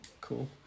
Cool